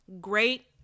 great